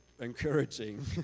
encouraging